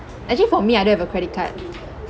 actually for me I don't have a credit card